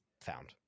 found